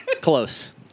Close